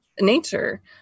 nature